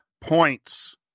points